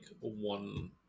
one